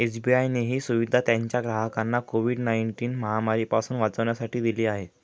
SBI ने ही सुविधा त्याच्या ग्राहकांना कोविड नाईनटिन महामारी पासून वाचण्यासाठी दिली आहे